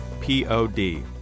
P-O-D